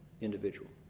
individual